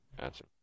Gotcha